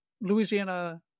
Louisiana